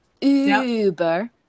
Uber